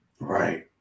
Right